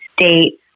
state